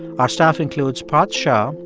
our staff includes parth shah,